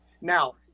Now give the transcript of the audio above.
Now